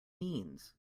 means